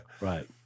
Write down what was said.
Right